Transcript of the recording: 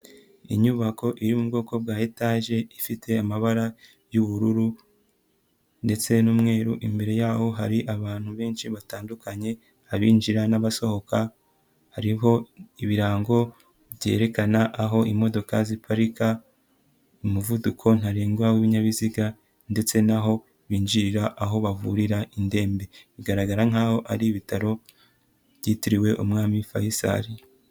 Inyubako iri mu bwoko bwa etaje ifite amabara y'ubururu ndetse n'umweru, imbere yaho hari abantu benshi batandukanye abinjira n'abasohoka, hariho ibirango byerekana aho imodoka ziparika, umuvuduko ntarengwa w'ibinyabiziga ndetse n'aho binjirira, aho bavurira indembe. Bigaragara nk'aho ari ibitaro byitiriwe umwami Faisal.